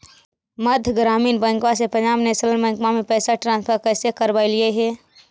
मध्य ग्रामीण बैंकवा से पंजाब नेशनल बैंकवा मे पैसवा ट्रांसफर कैसे करवैलीऐ हे?